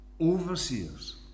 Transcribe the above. overseers